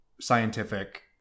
scientific